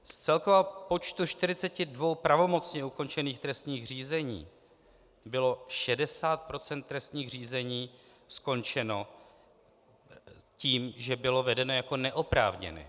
Z celkového počtu 42 pravomocně ukončených trestních řízení bylo 60 % trestních řízení skončeno tím, že byla vedena jako neoprávněná.